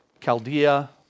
Chaldea